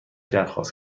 درخواست